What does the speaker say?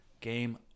game